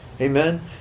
Amen